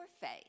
faith